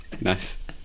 Nice